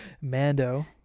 Mando